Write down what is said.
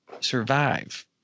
survive